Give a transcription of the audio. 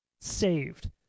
Saved